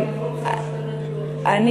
הפתרון הוא שתי מדינות לשני עמים.